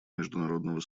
международного